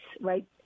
right